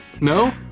No